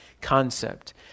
concept